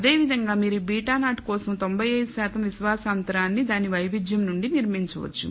అదేవిధంగా మీరు β0 కోసం 95 శాతం విశ్వాస అంతరాన్ని దాని వైవిధ్యం నుండి నిర్మించవచ్చు